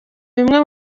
bimwe